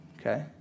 okay